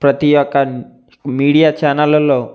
ప్రతి ఒక్క మీడియా ఛానల్లలో